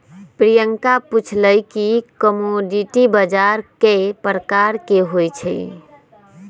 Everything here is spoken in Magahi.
प्रियंका पूछलई कि कमोडीटी बजार कै परकार के होई छई?